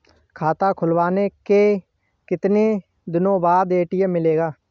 खाता खुलवाने के कितनी दिनो बाद ए.टी.एम मिलेगा?